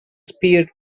spear